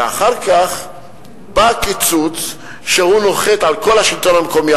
ואחר כך בא הקיצוץ שנוחת על כל השלטון המקומי,